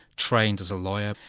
trained as a lawyer,